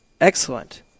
Excellent